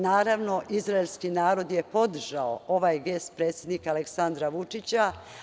Naravno, izraelski narod je podržao ovaj gest predsednika Aleksandra Vučića.